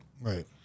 Right